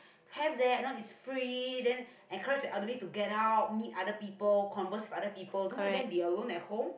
have there you know it's free then encourage the elderly to get out meet other people converse with other people don't let them be alone at home